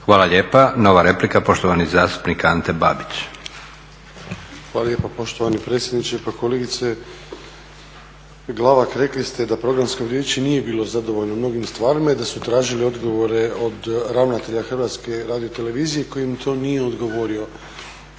Hvala lijepa. Nova replika, poštovani zastupnik Ante Babić. **Babić, Ante (HDZ)** Hvala lijepa poštovani predsjedniče. Pa kolegice Glavak, rekli ste da Programsko vijeće nije bilo zadovoljno mnogim stvarima i da su tražili odgovore od ravnatelja Hrvatske radiotelevizije koji im to nije odgovorio.